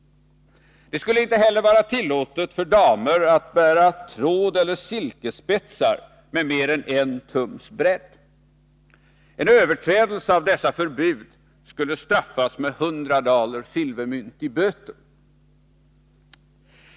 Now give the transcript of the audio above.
Det skulle inte heller vara tillåtet för damer att bära trådoch silkespetsar med mer än 1 tums bredd. En överträdelse av dessa förbud skulle straffas med 100 daler silvermynt i böter.